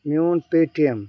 میٛون پے T M